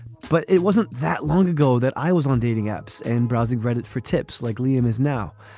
but it wasn't that long ago that i was on dating apps and browsing reddit for tips like liam is now.